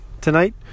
tonight